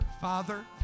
Father